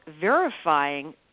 verifying